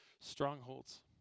strongholds